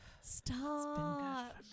stop